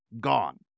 gone